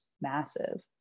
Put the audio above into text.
massive